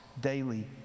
daily